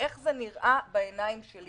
איך זה נראה בעיניים שלי.